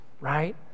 right